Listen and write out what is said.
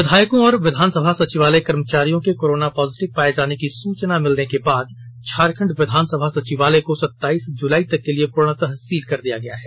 विधायकों और विधानसभा सचिवालय कर्मचारियों के कोरोना पॉजिटिव पाये जाने की सूचना भिलने के बाद झारखंड विधानसभा सचिवालय को सत्ताइस जुलाई तक के लिए पूर्णतः सील कर दिया गया है